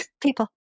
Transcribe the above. People